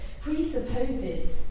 presupposes